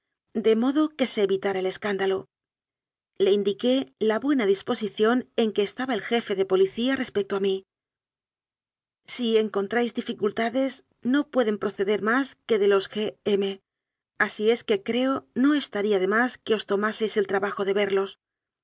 de modo que se evitara el escándalo le indiqué la buena disposición en que estaba el jefe de policía respecto de mí si encontráis dificulta des no pueden proceder más que de los g m así es que creo no estaría de más que os tomaseis el trabajo de verlos